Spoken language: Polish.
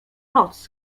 noc